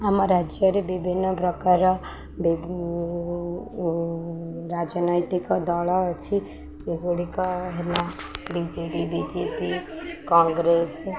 ଆମ ରାଜ୍ୟରେ ବିଭିନ୍ନ ପ୍ରକାର ରାଜନୈତିକ ଦଳ ଅଛି ସେଗୁଡ଼ିକ ହେଲା ବିଜେଡ଼ି ବିଜେପି କଂଗ୍ରେସ